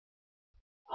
E0 E V